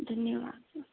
धन्यवाद सर